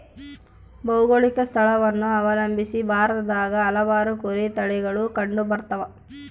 ಭೌಗೋಳಿಕ ಸ್ಥಳವನ್ನು ಅವಲಂಬಿಸಿ ಭಾರತದಾಗ ಹಲವಾರು ಕುರಿ ತಳಿಗಳು ಕಂಡುಬರ್ತವ